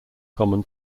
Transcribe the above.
common